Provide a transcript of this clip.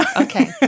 Okay